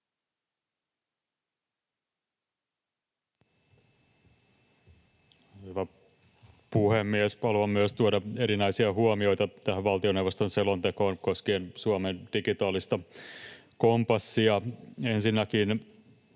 Hyvä puhemies! Haluan myös tuoda erinäisiä huomioita tähän valtioneuvoston selontekoon koskien Suomen digitaalista kompassia. Ensinnäkin